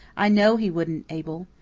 i know he wouldn't, abel.